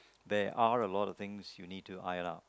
there are a lot of things you need to iron out